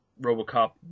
RoboCop